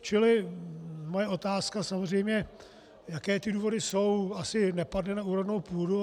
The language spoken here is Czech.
Čili moje otázka samozřejmě, jaké ty důvody jsou, asi nepadne na úrodnou půdu.